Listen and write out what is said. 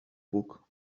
puc